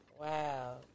Wow